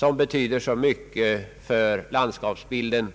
skick betytt så mycket för landskapsbilden.